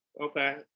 Okay